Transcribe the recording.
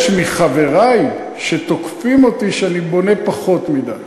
יש מחברי שתוקפים אותי שאני בונה פחות מדי.